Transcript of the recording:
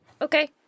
Okay